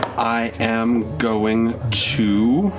i am going to.